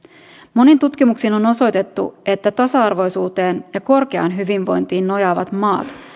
monin tutkimuksin on osoitettu että tasa arvoisuuteen ja korkeaan hyvinvointiin nojaavat maat